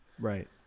Right